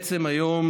בעצם היום,